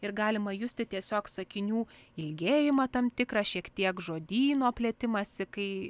ir galima justi tiesiog sakinių ilgėjimą tam tikrą šiek tiek žodyno plėtimąsi kai